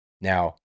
Now